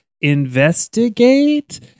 investigate